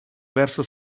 verso